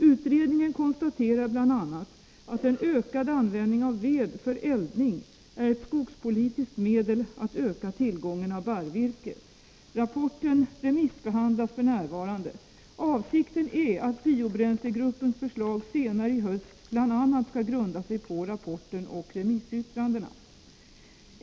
Utredningen konstaterar bl.a. att en mer omfattande användning av ved för eldning är ett skogspolitiskt medel att öka tillgången på barrvirke. Rapporten remissbehandlas f. n. Avsikten är att biobränslegruppens förslag senare i höst bl.a. skall grunda sig på rapporten och remissyttrandena.